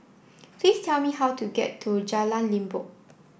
please tell me how to get to Jalan Limbok